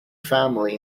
family